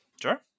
sure